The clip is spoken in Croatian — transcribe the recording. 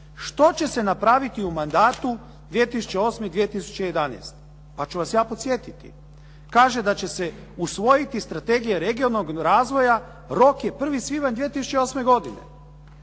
Što će se napraviti u mandatu 2008.-2011. pa ću vas ja podsjetiti. Kaže da će se usvojiti Strategija regionalnog razvoja, rok je 1. svibanj 2008. godine,